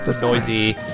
noisy